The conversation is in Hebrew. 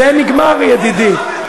זה נגמר, ידידי.